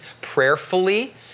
prayerfully